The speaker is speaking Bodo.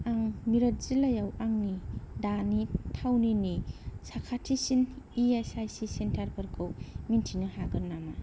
आं मिरोथ जिल्लायाव आंनि दानि थावनिनि साखाथिसिन इएसआइसि सेन्टारखौ मिन्थिनो हागोन नामा